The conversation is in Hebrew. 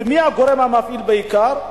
ומי הגורם המפעיל בעיקר?